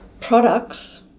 products